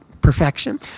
Perfection